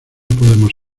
podemos